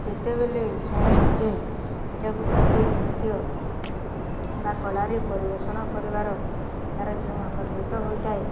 ଯେତେବେଳେ ଶୁଣେ ନିଜେ ନିଜକୁ ଗୋଟିଏ ନୃତ୍ୟ ବା କଳାରେ ପରିବେଷଣ କରିବାର ତା'ର ଯେଉଁ ଆକର୍ଷିତ ହୋଇଥାଏ